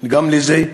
גם לזה.